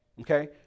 Okay